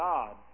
God